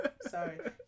Sorry